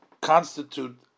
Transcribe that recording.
constitute